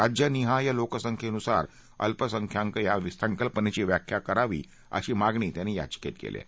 राज्यनिहाय लोकसंख्येनुसार अल्पसंख्याक या संकल्पनेची व्याख्या करावी अशी मागणी त्यांनी या याचिकेत केली आहे